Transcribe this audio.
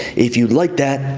if you'd like that,